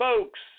folks